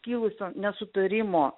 kilusio nesutarimo